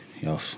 Y'all